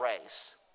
race